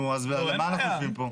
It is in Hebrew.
נו, אז למה אנחנו יושבים פה?